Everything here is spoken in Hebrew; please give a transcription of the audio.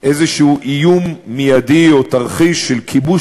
איזשהו איום מיידי או תרחיש של כיבוש